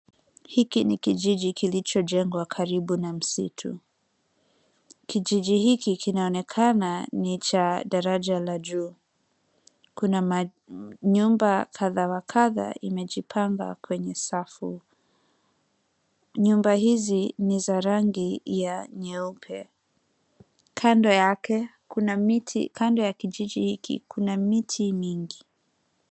Hiki ni kijiji kilicho jengwa karibu na msitu. Kijiji hiki kinaonekana ni cha daraja la juu. Kuna manyumba kadha wa kadha imejipanga kwenye safu. Nyumba hizi ni za rangi ya nyeupe. Kando yake kuna miti, kando ya kijiji hiki kuna miti mingi.